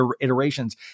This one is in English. iterations